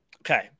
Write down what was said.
Okay